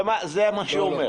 זה מה שהוא אומר.